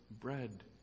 bread